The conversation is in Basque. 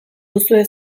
duzue